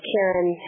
Karen